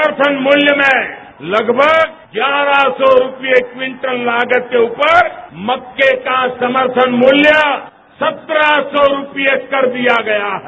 समर्थन मूल्य में लगभग ग्यारह सौ रूपएक्विंटल लागत के ऊपर मक्के का समर्थन मूल्य सत्रह सौ रूपए कर दिया गया है